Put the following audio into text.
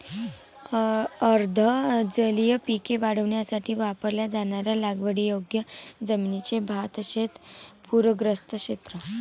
अर्ध जलीय पिके वाढवण्यासाठी वापरल्या जाणाऱ्या लागवडीयोग्य जमिनीचे भातशेत पूरग्रस्त क्षेत्र